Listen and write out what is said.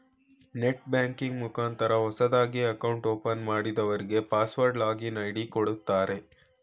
net banking ಮುಖಾಂತರ ಹೊಸದಾಗಿ account open ಮಾಡದವ್ರಗೆ ಪಾಸ್ವರ್ಡ್ ಲಾಗಿನ್ ಐ.ಡಿ ಕೊಡುತ್ತಾರೆ